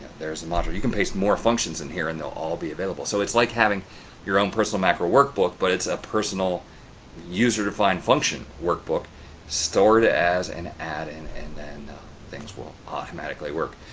there's a module you can paste more functions in here, and they'll all be available. so, it's like having your own personal macro workbook, but it's a personal user-defined function workbook stored as an add-in and and then things will automatically work.